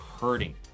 hurting